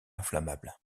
inflammable